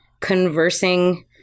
conversing